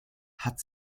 hat